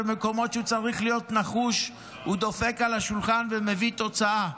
ובמקומות שהוא צריך להיות נחוש הוא דופק על השולחן ומביא תוצאה.